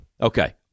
Okay